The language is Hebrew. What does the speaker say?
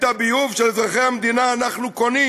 את הביוב של אזרחי המדינה אנחנו קונים